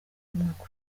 umwaka